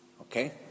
Okay